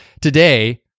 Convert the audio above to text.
today